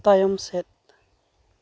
ᱛᱟᱭᱚᱢᱥᱮᱫ